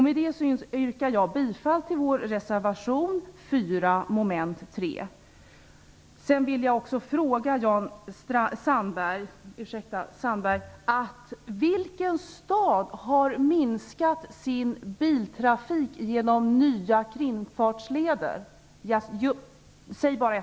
Med detta yrkar jag bifall till vår reservation 4, som gäller moment 3.